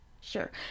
Sure